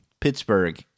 Pittsburgh